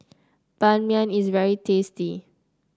Ban Mian is very tasty